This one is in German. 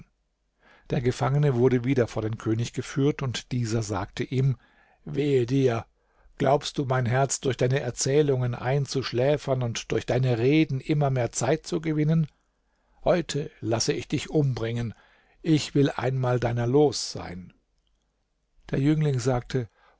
der gefangene wurde wieder vor den könig geführt und dieser sagte ihm wehe dir glaubst du mein herz durch deine erzählungen einzuschläfern und durch deine reden immer mehr zeit zu gewinnen heute laß ich dich umbringen ich will einmal deiner los sein der jüngling sagte